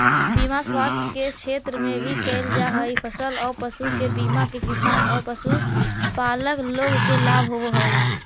बीमा स्वास्थ्य के क्षेत्र में भी कैल जा हई, फसल औ पशु के बीमा से किसान औ पशुपालक लोग के लाभ होवऽ हई